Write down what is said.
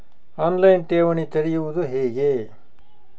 On line ಠೇವಣಿ ತೆರೆಯುವುದು ಹೇಗೆ?